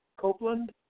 Copeland